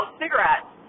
cigarettes